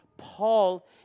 Paul